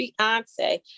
Beyonce